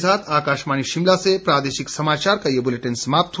इसी के साथ आकाशवाणी शिमला से प्रादेशिक समाचार का ये बुलेटिन समाप्त हुआ